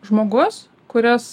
žmogus kuris